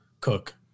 Cook